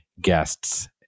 guests